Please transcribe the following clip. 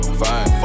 fine